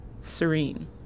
serene